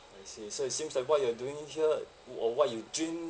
I see so it seems like what you're doing here uh or what you dream